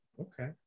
Okay